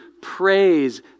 praise